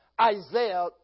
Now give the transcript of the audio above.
Isaiah